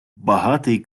багатий